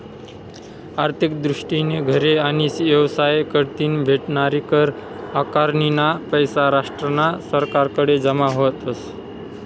आर्थिक दृष्टीतीन घरे आणि येवसाय कढतीन भेटनारी कर आकारनीना पैसा राष्ट्रना सरकारकडे जमा व्हतस